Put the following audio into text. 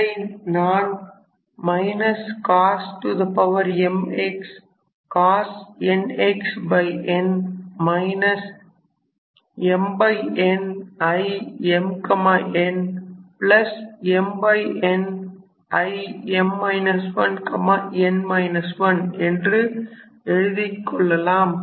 இதை நாம் என்று எழுதிக் கொள்ளலாம்